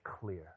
clear